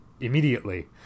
immediately